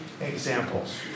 examples